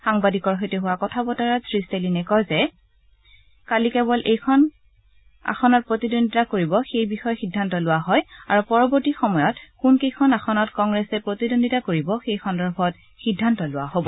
সাংবাদিকৰ সৈতে হোৱা কথা বতৰাত শ্ৰী ষ্টেলিনে কয় যে কালি কেৱল কেইখন আসনত প্ৰতিদ্বন্দ্বিতা কৰিব সেই বিষয়ে সিদ্ধান্ত লোৱা হয় আৰু পৰৱৰ্তী সময়ত কোন কেইখন আসনত কংগ্ৰেছে প্ৰতিদ্বন্দ্বিতা কৰিব সেই সন্দৰ্ভত সিদ্ধান্ত লোৱা হব